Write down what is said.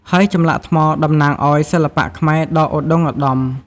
ហើយចម្លាក់ថ្មតំណាងឱ្យសិល្បៈខ្មែរដ៏ឧត្តុង្គឧត្តម។